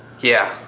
yeah.